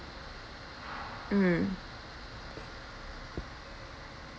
mm